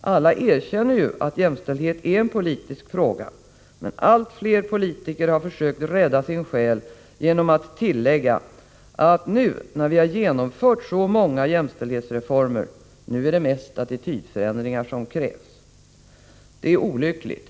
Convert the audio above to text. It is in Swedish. Alla erkänner ju att jämställdhet är en politisk fråga, men allt fler politiker har försökt att rädda sin själ genom att tillägga att nu när vi genomfört så många jämställdhetsreformer är det mest attitydförändringar som krävs. Det är olyckligt.